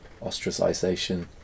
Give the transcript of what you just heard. ostracization